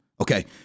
okay